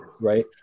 right